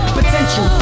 potential